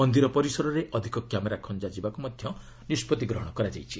ମନ୍ଦିର ପରିସରରେ ଅଧିକ କ୍ୟାମେରା ଖଞ୍ଜା ଯିବାକୁ ମଧ୍ୟ ନିଷ୍ପତ୍ତି ନିଆଯାଇଛି